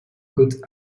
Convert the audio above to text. côte